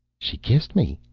she kissed me.